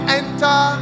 enter